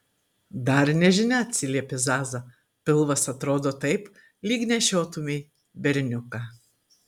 dar nežinia atsiliepė zaza pilvas atrodo taip lyg nešiotumei berniuką